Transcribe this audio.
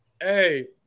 Hey